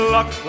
Luck